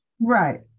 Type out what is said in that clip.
Right